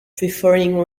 preferring